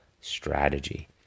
strategy